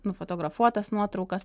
nufotografuotas nuotraukas